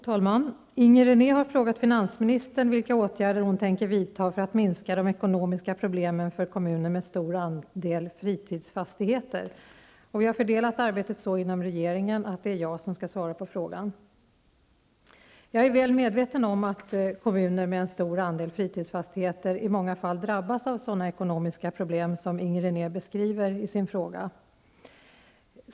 Fru talman! Inger René har frågat finansministern vilka åtgärder hon tänker vidta för att minska de ekonomiska problemen för kommuner med stor andel fritidsfastigheter. Vi har fördelat arbetet så inom regeringen att det är jag som skall svara på frågan. Jag är väl medveten om att kommuner med en stor andel fritidsfastigheter i många fall drabbas av sådana ekonomiska problem som Inger René beskriver i sin fråga.